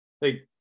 hey